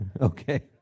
Okay